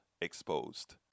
exposed